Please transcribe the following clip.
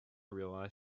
realized